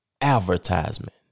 advertisement